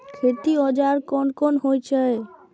खेती औजार कोन कोन होई छै?